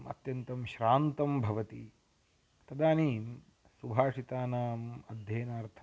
अत्यन्तं श्रान्तं भवति तदानीं सुभाषितानाम् अध्ययनार्थं